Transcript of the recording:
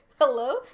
Hello